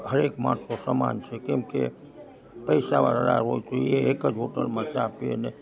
દરેક માણસો સમાન છે કેમકે પૈસાવાળા હોય તો એ એક જ હોટલમાં ચા પીએ ને